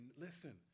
listen